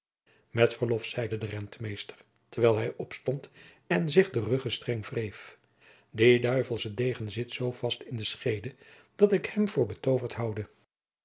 met verlof zeide de rentmeester terwijl hij opstond en zich de ruggestreng wreef die duivelsche degen zit zoo vast in de schede dat ik hem voor betoverd houde